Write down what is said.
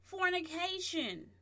fornication